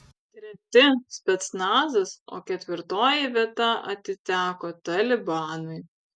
treti specnazas o ketvirtoji vieta atiteko talibanui